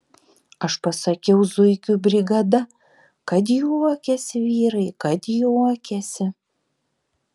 aš pasakiau zuikių brigada kad juokėsi vyrai kad juokėsi